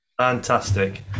fantastic